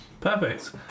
perfect